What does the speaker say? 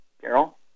Carol